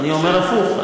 אני אומר הפוך,